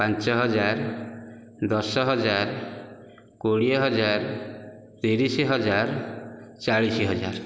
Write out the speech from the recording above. ପାଞ୍ଚ ହଜାର ଦଶ ହଜାର କୋଡ଼ିଏ ହଜାର ତିରିଶି ହଜାର ଚାଳିଶି ହଜାର